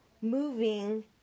moving